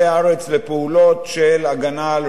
לפעולות של הגנה על רכוש,